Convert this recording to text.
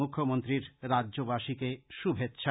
মূখ্যমন্ত্রী রাজ্যবাসীকে শুভেচ্ছা